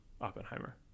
Oppenheimer